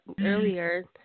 earlier